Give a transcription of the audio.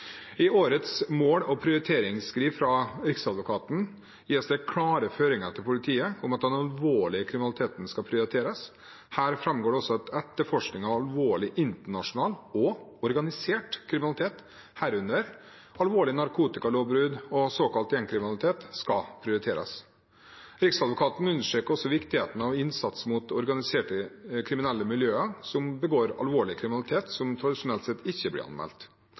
I årets mål- og prioriteringsskriv fra Riksadvokaten gis det klare føringer til politiet om at den alvorlige kriminaliteten skal prioriteres. Her framgår det også at etterforskning av alvorlig internasjonal og organisert kriminalitet, herunder alvorlige narkotikalovbrudd og såkalt gjengkriminalitet, skal prioriteres. Riksadvokaten understreker også viktigheten av innsats mot organiserte kriminelle miljøer som begår alvorlig kriminalitet som tradisjonelt sett ikke blir anmeldt.